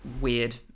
weird